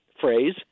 phrase